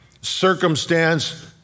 circumstance